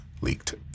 leaked